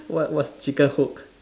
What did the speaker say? what what's chicken hook